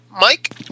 Mike